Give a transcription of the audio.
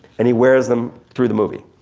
and he wears them through the movie.